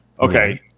okay